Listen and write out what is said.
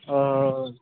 ओ